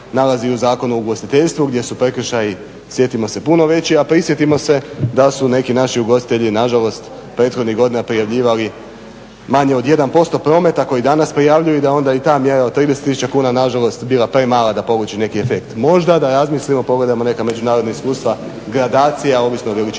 u Zakonu o ugostiteljstvu gdje su prekršaji sjetimo se puno veći, a prisjetimo se da su neki naši ugostitelji nažalost prethodnih godina prijavljivali manje od 1% prometa koji danas prijavljuju i da onda ta mjera od 30 tisuća kuna nažalost bila premala da poluči da neki efekt. Možda da razmislimo i pogledamo neka međunarodna iskustva gradacija ovisno o veličini